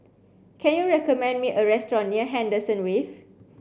can you recommend me a restaurant near Henderson Wave